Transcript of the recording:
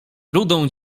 rudą